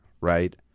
right